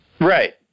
Right